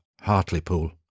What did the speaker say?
Hartlepool